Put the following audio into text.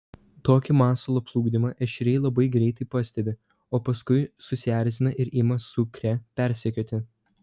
tokį masalo plukdymą ešeriai labai greitai pastebi o paskui susierzina ir ima sukrę persekioti